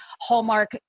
Hallmark